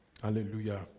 Hallelujah